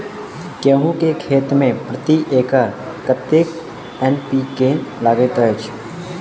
गेंहूँ केँ खेती मे प्रति एकड़ कतेक एन.पी.के लागैत अछि?